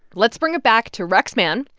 let's bring it back to rex mann.